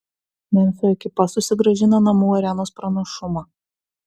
memfio ekipa susigrąžino namų arenos pranašumą